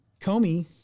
Comey